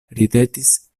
ridetis